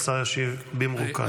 והשר ישיב במרוכז.